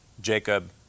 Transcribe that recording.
Jacob